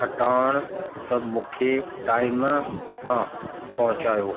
खटाइण सभु मूंखे टाइम सां पहुचायो